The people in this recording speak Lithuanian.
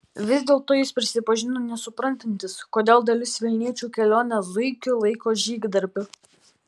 vis dėlto jis prisipažino nesuprantantis kodėl dalis vilniečių kelionę zuikiu laiko žygdarbiu